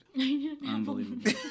Unbelievable